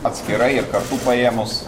atskirai ir kartu paėmus